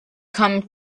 come